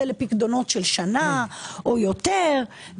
זה לפיקדונות של שנה או יותר.